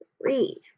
Three